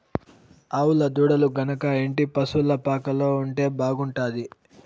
ఆవుల దూడలు గనక ఇంటి పశుల పాకలో ఉంటే బాగుంటాది